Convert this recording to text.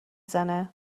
زنه